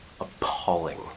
appalling